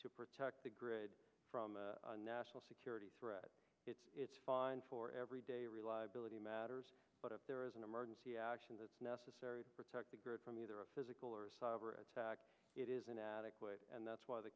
to protect the grid from a national security threat it's fine for every day reliability matters but if there is an emergency action that's necessary to protect the grid from either a physical or cyber attack it is an adequate and that's why the